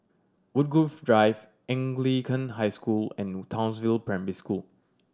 Woodgrove View Anglican High School and Townsville Primary School